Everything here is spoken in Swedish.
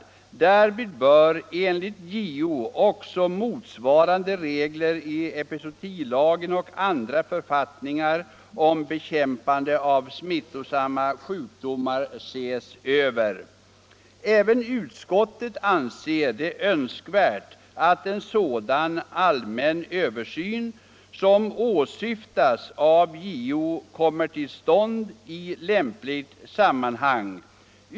Därvid bör enligt JO också motsvarande regler i epizootilagen och andra författningar om bekämpande av smittsamma sjukdomar ses över --—-. Även utskottet anser det önskvärt att en sådan allmän översyn som åsyftas av JO kommer till stånd i lämpligt sammanhang.